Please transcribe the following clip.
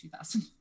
2000